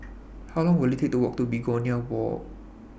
How Long Will IT Take to Walk to Begonia Walk